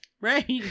Right